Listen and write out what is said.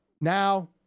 now